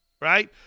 right